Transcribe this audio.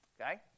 Okay